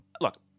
look